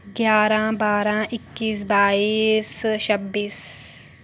ग्याहरां बारां इक्कीस बाईस छब्बीस